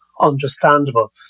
understandable